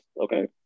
Okay